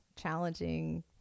challenging